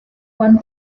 one